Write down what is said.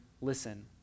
listen